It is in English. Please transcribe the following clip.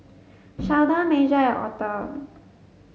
Sheldon Major and Author